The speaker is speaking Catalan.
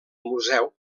museu